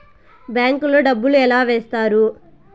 bank లో డబ్బులు ఎలా వేస్తారు